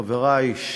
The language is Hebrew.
חברי,